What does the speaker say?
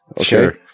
Sure